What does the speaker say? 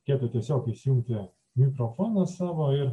reikėtų tiesiog įsijungti mikrofoną savo ir